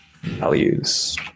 values